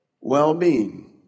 well-being